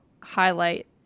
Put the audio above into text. highlight